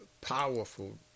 powerful